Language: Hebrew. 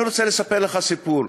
אני רוצה לספר לך סיפור: